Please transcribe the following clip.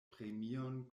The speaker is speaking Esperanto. premion